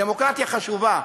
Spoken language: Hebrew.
דמוקרטיה חשובה,